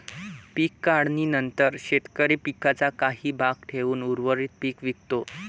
पीक काढणीनंतर शेतकरी पिकाचा काही भाग ठेवून उर्वरित पीक विकतो